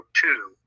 two